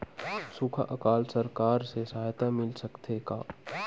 सुखा अकाल सरकार से सहायता मिल सकथे का?